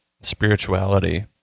Spirituality